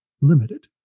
limited